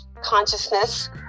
consciousness